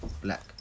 black